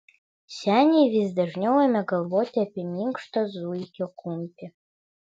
seniai vis dažniau ėmė galvoti apie minkštą zuikio kumpį